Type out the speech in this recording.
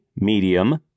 medium